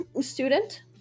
student